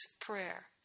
prayer